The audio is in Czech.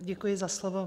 Děkuji za slovo.